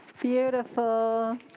Beautiful